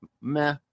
meh